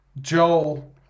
Joel